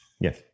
Yes